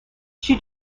she